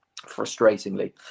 frustratingly